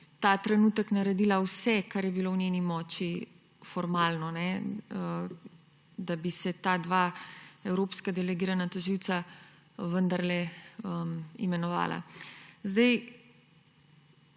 ta trenutek naredila vse, kar je bilo formalno v njeni moči, da bi se ta dva evropska delegirana tožilca vendarle imenovala. Mene